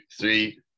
three